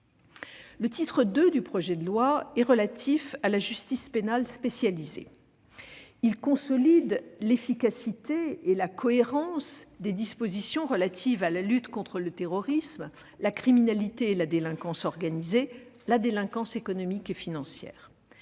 Le titre II du projet de loi est relatif à la justice pénale spécialisée. Il consolide l'efficacité et la cohérence des dispositions relatives à la lutte contre le terrorisme, la criminalité et la délinquance organisées, la délinquance économique et financière.